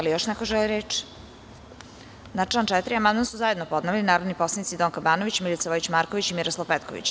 Da li još neko želi reč? (Ne) Na član 4. amandman su zajedno podneli narodni poslanici Donka Banović, Milica Vojić Marković i Miroslav Petković.